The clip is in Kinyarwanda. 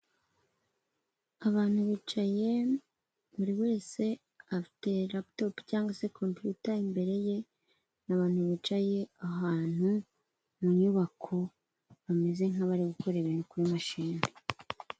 Abantu bicaye buri wese afite raputopu cyangwa se kompiyuta imbere ye, ni abantu bicaye ahantu mu nyubako bameze nk'abari gukora ibintu kuri mashini.